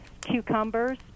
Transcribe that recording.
cucumbers